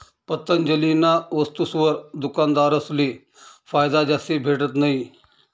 पतंजलीना वस्तुसवर दुकानदारसले फायदा जास्ती भेटत नयी